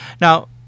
Now